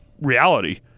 reality